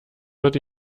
wird